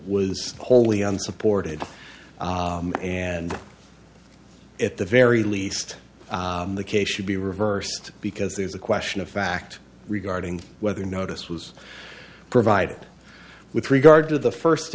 was wholly unsupported and at the very least the case should be reversed because there is a question of fact regarding whether notice was provided with regard to the first